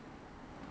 yes it is